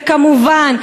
וכמובן,